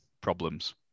problems